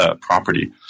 property